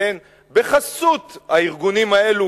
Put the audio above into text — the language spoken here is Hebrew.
בחסות הארגונים האלה,